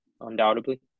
undoubtedly